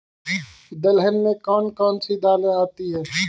दलहन में कौन कौन सी दालें आती हैं?